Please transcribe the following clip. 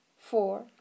four